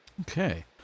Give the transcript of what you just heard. okay